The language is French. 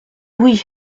oui